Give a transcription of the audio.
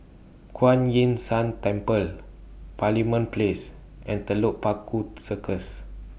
Kuan Yin San Temple Parliament Place and Telok Paku Circus